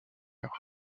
heure